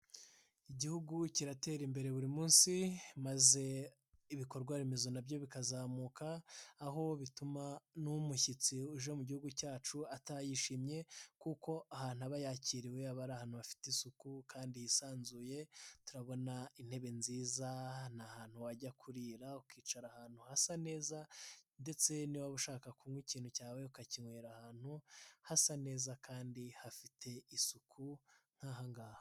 Igihugu kiratera imbere buri munsi maze ibikorwa remezo nabyo bikazamuka aho bituma n'umushyitsi uje mu gihugu cyacu atayishimye kuko ahantu aba yakiriwe abari ahantu hafite isuku kandi Hisanzuye turabona intebe nziza ni ahantu wajya kurira ukicara ahantu hasa neza ndetse niba ushaka kunywa ikintu cyawe ukakinywera ahantu hasa neza kandi hafite isuku nkahangaha.